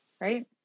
Right